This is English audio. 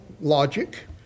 logic